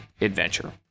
adventure